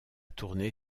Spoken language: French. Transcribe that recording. tournée